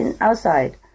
outside